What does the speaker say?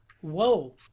Whoa